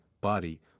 body